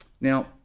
Now